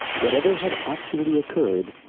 whatever had actually occurred,